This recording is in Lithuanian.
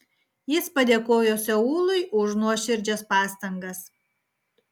jis padėkojo seului už nuoširdžias pastangas